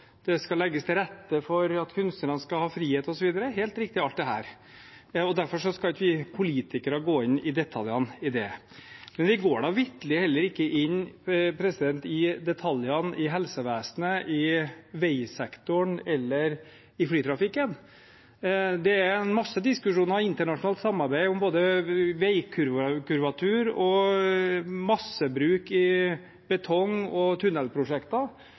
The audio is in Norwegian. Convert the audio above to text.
det skal legges til rette for at kunstnerne skal ha frihet osv. Det er helt riktig alt dette. Derfor skal ikke vi politikere gå inn i detaljene i det. Vi går da vitterlig ikke inn i detaljene i helsevesenet, i veisektoren eller i flytrafikken. Det er en masse diskusjoner og internasjonalt samarbeid om både veikurvatur, massebruk i betong og tunnelprosjekter.